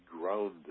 grounded